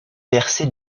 percée